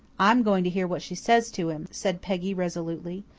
i am going to hear what she says to him, said peggy resolutely.